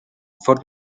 fort